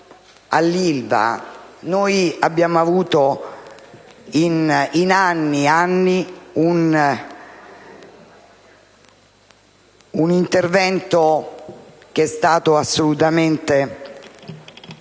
noi abbiamo avuto, in anni e anni, un intervento che è stato assolutamente